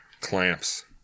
Clamps